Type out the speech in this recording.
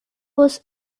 was